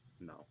No